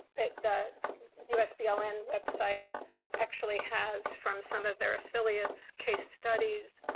the usbln so and website actually has, from some of their affiliates, case studies,